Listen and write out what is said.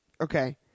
okay